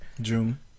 June